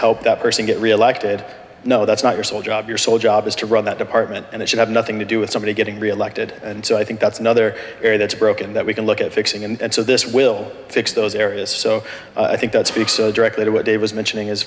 help that person get reelected no that's not your sole job your sole job is to run that department and it should have nothing to do with somebody getting reelected and so i think that's another area that's broken that we can look at fixing and so this will fix those areas so i think that speaks directly to what dave was mentioning is